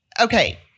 Okay